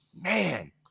Man